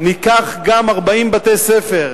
ניקח גם 40 בתי-ספר,